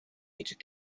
needed